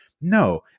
No